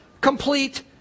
complete